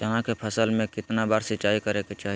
चना के फसल में कितना बार सिंचाई करें के चाहि?